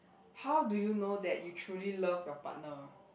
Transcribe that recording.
how do you know that you truly love your partner